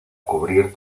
cubrir